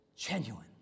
Genuine